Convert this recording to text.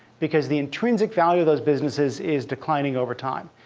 because the intrinsic value of those businesses is declining over time.